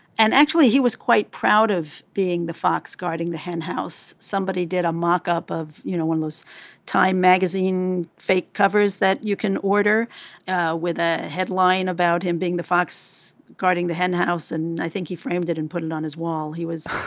and actually he was quite proud of being the fox guarding the henhouse. somebody did a mock up of you know one last time magazine fake covers that you can order with a headline about him being the fox guarding the henhouse and i think he framed it and put it on his wall. he was